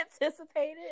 anticipated